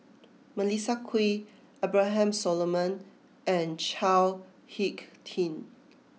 Melissa Kwee Abraham Solomon and Chao Hick Tin